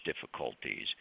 difficulties